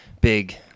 big